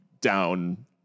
down